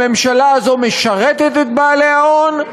הממשלה הזאת משרתת את בעלי ההון,